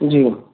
जी